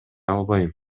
албайм